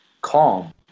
calm